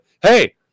Hey